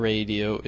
Radio